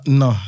no